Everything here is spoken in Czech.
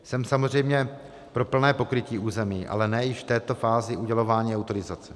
Jsem samozřejmě pro plné pokrytí území, ale ne již v této fázi udělování autorizace.